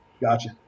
Gotcha